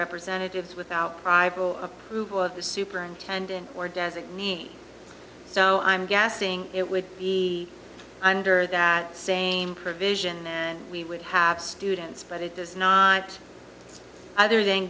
representatives without rival approval of the superintendent or does it mean so i'm guessing it would be under that same provision and we would have students but it does not other than